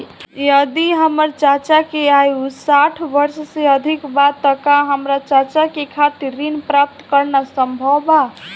यदि हमार चाचा के आयु साठ वर्ष से अधिक बा त का हमार चाचा के खातिर ऋण प्राप्त करना संभव बा?